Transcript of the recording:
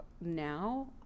now